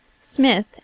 Smith